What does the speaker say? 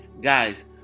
Guys